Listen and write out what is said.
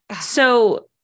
So-